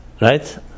right